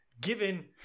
Given